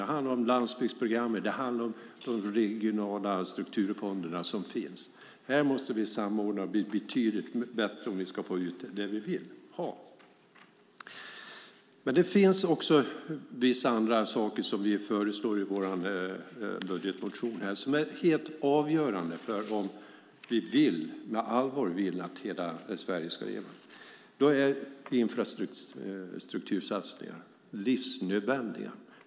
Det handlar om landsbygdsprogrammet. Det handlar om de regionala strukturfonder som finns. Det här måste vi samordna betydligt bättre om vi ska få ut det vi vill ha. Det finns också vissa andra saker som vi föreslår i vår budgetmotion som är helt avgörande om vi på allvar vill att hela Sverige ska leva. Då är infrastruktursatsningar livsnödvändiga.